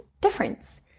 difference